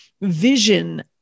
vision